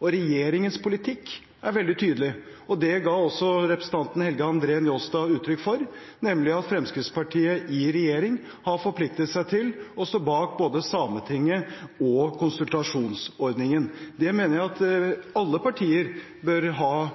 og regjeringens politikk er veldig tydelig, og det ga også representanten Helge André Njåstad uttrykk for, nemlig at Fremskrittspartiet i regjering har forpliktet seg til å stå bak både Sametinget og konsultasjonsordningen. Jeg mener at alle partier bør